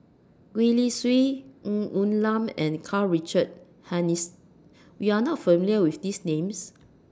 Gwee Li Sui Ng Woon Lam and Karl Richard Hanitsch YOU Are not familiar with These Names